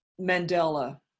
Mandela